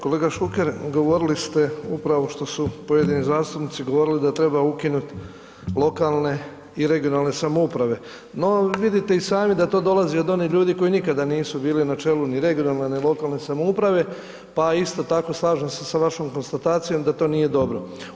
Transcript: Kolega Šuker govorili ste upravo što su pojedini zastupnici govorili da treba ukinut lokalne i regionalne samouprave, no vidite i sami da to dolazi od onih ljudi koji nikada nisu bili na čelu ni regionalne, ni lokalne samouprave, pa isto tako slažem se sa vašom konstatacijom da to nije dobro.